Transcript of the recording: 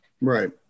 right